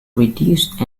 reduced